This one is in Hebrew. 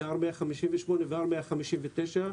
אלה R158 ו-R159,